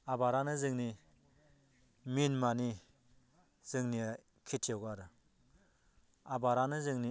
आबारानो जोंनि मिन माने जोंनि खेथियाव आरो आबारानो जोंनि